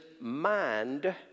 mind